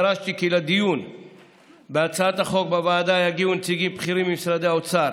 דרשתי כי לדיון בהצעת החוק בוועדה יגיעו נציגים בכירים ממשרדי האוצר,